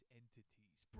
entities